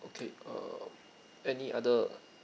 okay um any other